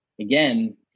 again